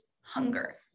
hunger